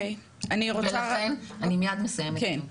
אני מיד מסיימת.